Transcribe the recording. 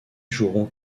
joueront